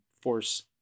force –